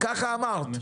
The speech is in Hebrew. כך אמרת.